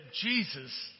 Jesus